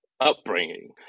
upbringing